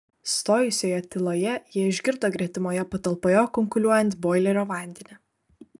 stojusioje tyloje jie išgirdo gretimoje patalpoje kunkuliuojant boilerio vandenį